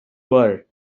were